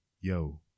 yo